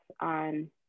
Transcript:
on